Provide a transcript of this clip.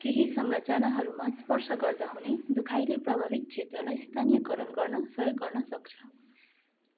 केही संरचनाहरूमा स्पर्श गर्दा हुने दुखाइले प्रभावित क्षेत्रलाई स्थानीयकरण गर्न सहयोग गर्न सक्छ